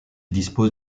dispose